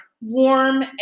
warm